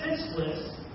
senseless